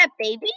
baby